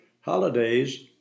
holidays